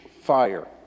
fire